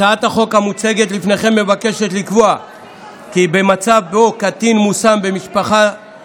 הצעת החוק המוצגת לפניכם מבקשת לקבוע כי במצב שבו קטין מושם במשפחת